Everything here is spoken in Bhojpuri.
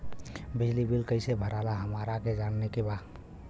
बिजली बिल कईसे भराला हमरा के जाने के बा?